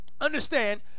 understand